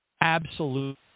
absolute